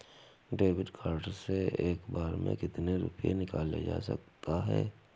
David card से एक बार में कितनी रूपए निकाले जा सकता है?